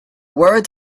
words